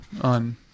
on